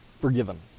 forgiven